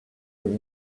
were